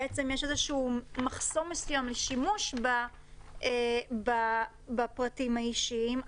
שיהיה איזשהו מחסום מסוים לשימוש בפרטים האישיים,